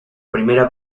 primera